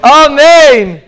amen